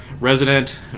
resident